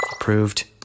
Approved